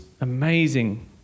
amazing